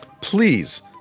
please